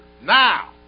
Now